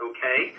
Okay